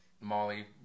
Molly